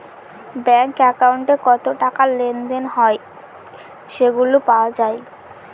bank একাউন্টে কত টাকা লেনদেন হয় সেগুলা পাওয়া যায়